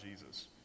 Jesus